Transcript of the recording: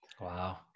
Wow